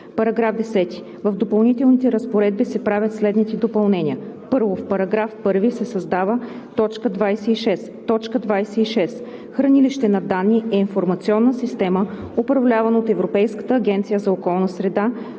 § 10: „§ 10. В допълнителните разпоредби се правят следните допълнения: „1. В § 1 се създава т. 26: „26. „Хранилище на данни“ е информационна система, управлявана от Европейската агенция за околна среда,